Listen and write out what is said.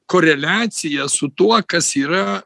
koreliaciją su tuo kas yra